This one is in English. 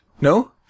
No